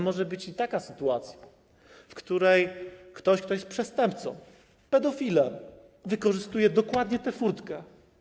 Może być i taka sytuacja, w której ktoś, kto jest przestępcą, pedofilem, wykorzystuje dokładnie tę furtkę.